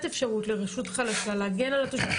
אפשרות לרשות חלשה להגן על התושבים שלה,